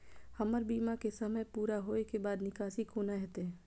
हमर बीमा के समय पुरा होय के बाद निकासी कोना हेतै?